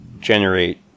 generate